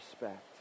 respect